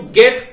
get